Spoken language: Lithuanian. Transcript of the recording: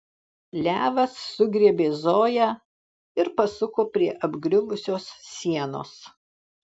levas sugriebė zoją ir pasuko prie apgriuvusios sienos